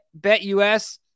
BetUS